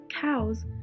cows